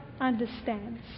understands